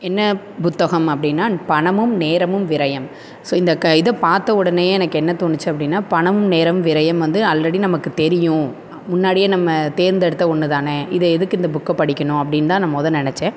என்ன புத்தகம் அப்படின்னா பணமும் நேரமும் விரயம் ஸோ இந்த க இதை பார்த்த உ டனேயே எனக்கு என்ன தோணுச்சு அப்படின்னா பணமும் நேரமும் விரயம் வந்து ஆல்ரெடி நமக்கு தெரியும் ஆ முன்னாடியே நம்ம தேர்ந்தெடுத்த ஒன்று தானே இதை எதுக்கு இந்த புக்கை படிக்கணும் அப்படின்னு தான் நான் மொதல் நினச்சேன்